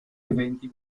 eventi